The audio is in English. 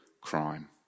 crime